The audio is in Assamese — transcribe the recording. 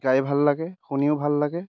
গাই ভাল লাগে শুনিও ভাল লাগে